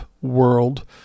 world